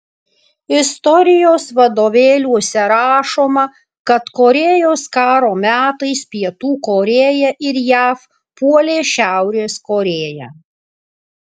istorijos vadovėliuose rašoma kad korėjos karo metais pietų korėja ir jav puolė šiaurės korėją